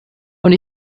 und